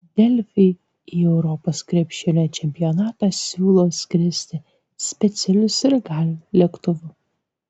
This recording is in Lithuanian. delfi į europos krepšinio čempionatą siūlo skristi specialiu sirgalių lėktuvu